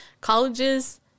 colleges